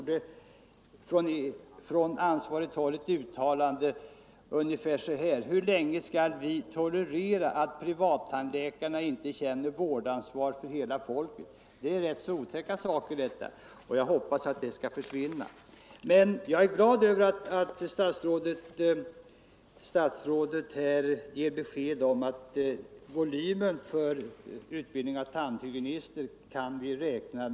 Det uttalandet löd ungefär så här: Hur länge skall vi tolerera att privattandläkarna inte känner vårdansvar för hela folket? — Det är rätt otäcka saker, och jag hoppas att den inställningen försvinner. Jag är glad över att statsrådet ger besked om att vi kan räkna med att volymen för utbildning av tandhygienister kan öka.